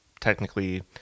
technically